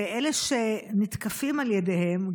ואלה שמותקפים על ידיהם,